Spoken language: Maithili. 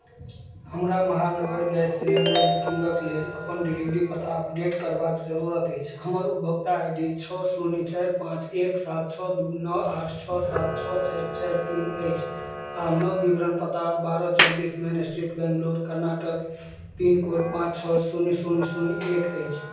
हमरा महानगर गैस सिलिंडर बुकिंगक लेल अपन डिलीवरी पता अपडेट करबाक जरूरत अछि हमर उपभोक्ता आइ डी छओ शून्य चारि पाँच एक सात छओ दू नओ आठ छओ सात छओ चारि चारि तीन अछि आ नव विवरण पता बारह चौंतीस main street Bangalore Karnataka pin code पाँच छओ शून्य शून्य शून्य एक अछि